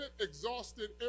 exhausted